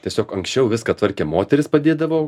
tiesiog anksčiau viską tvarkė moterys padėdavo